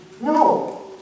No